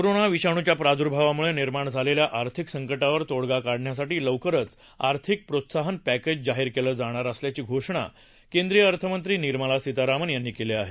corona विषाणूच्या प्राद्भावाम्ळे निर्माण झालेल्या आर्थिक संकटावर तोडगा काढण्यासाठी लवकरच आर्थिक प्रोत्साहन पॅकेज जाहीर केली जाणार असल्याची घोषणा केंद्रीय अर्थमंत्री निर्मला सीतारामन यांनी केली आहे